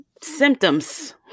symptoms